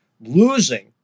losing